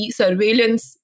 surveillance